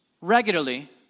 regularly